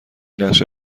نقشه